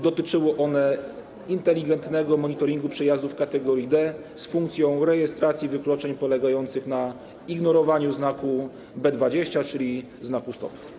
Dotyczyło ono inteligentnego monitoringu przejazdów kategorii D z funkcją rejestracji wykroczeń polegających na ignorowaniu znaku B-20, czyli znaku „stop”